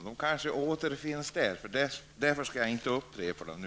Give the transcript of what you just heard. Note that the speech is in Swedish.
Svaren kanske återfinns där, och därför skall jag nu inte upprepa frågorna.